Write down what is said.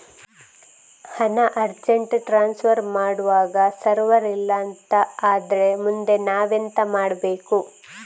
ಹಣ urgent transfer ಮಾಡ್ವಾಗ server ಇಲ್ಲಾಂತ ಆದ್ರೆ ಮುಂದೆ ನಾವೆಂತ ಮಾಡ್ಬೇಕು?